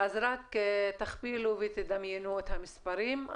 אז רק תכפילו ותדמיינו את המספרים.